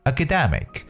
Academic